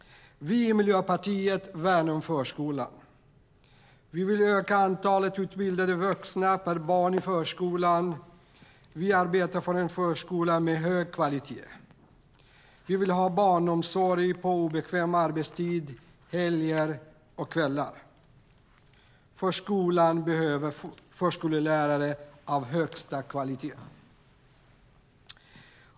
Vi i Miljöpartiet värnar om förskolan. Vi vill öka antalet utbildade vuxna per barn i förskolan. Vi arbetar för en förskola med hög kvalitet. Vi vill ha barnomsorg på obekväm arbetstid, helger och kvällar. Förskolan behöver förskollärare av högsta kvalitet.